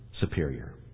superior